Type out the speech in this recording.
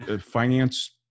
finance